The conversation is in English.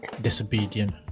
disobedient